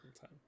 time